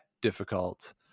difficult